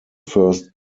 first